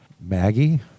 Maggie